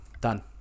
done